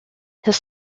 his